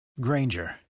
Granger